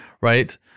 right